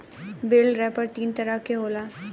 बेल wrapper तीन तरह के होला